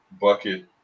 bucket